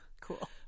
Cool